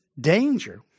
danger